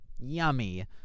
Yummy